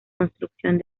construcción